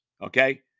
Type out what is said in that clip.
okay